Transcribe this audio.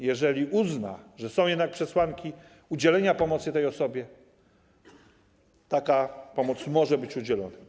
Jeżeli uzna, że są jednak przesłanki udzielenia pomocy tej osobie, taka pomoc może być udzielona.